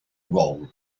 role